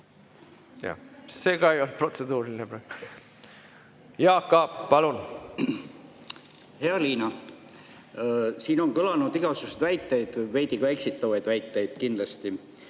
palun! See ka ei olnud protseduuriline praegu. Jaak Aab, palun! Hea Liina! Siin on kõlanud igasuguseid väiteid, veidi ka eksitavaid väiteid kindlasti.